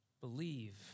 believe